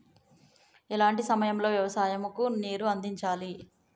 ఎలాంటి సమయం లో వ్యవసాయము కు నీరు అందించాలి?